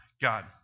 God